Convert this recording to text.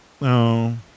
No